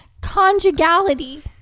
Conjugality